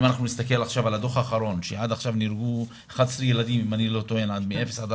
אם נסתכל עכשיו על הדו"ח האחרון שעד עכשיו נהרגו 11 ילדים בגילאי 0-14,